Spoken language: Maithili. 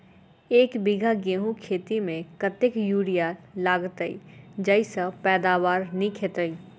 एक बीघा गेंहूँ खेती मे कतेक यूरिया लागतै जयसँ पैदावार नीक हेतइ?